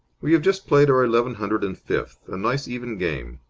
we have just played our eleven hundred and fifth. a nice even game.